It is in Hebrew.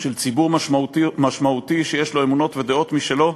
של ציבור משמעותי, שיש לו אמונות ודעות משלו,